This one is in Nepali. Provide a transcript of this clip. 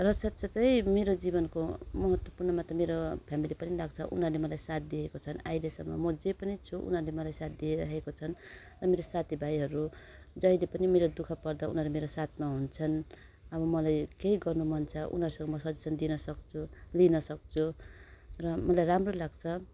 र साथसाथै मेरो जीवनको महत्त्वपूर्णमा त मेरो फ्यामिली पनि लाग्छ उनीहरूले मलाई साथ दिएको छन् अहिलेसम्म म जे पनि छु उनीहरूले मलाई साथ दिइराखेका छन् अनि साथीभाइहरू जहिले पनि दु ख पर्दा उनीहरू मेरो साथमा हुन्छन् अब मलाई केही गर्नु मन छ उनीहरूसँग म सजेसन दिनसक्छु लिनसक्छु र मलाई राम्रो लाग्छ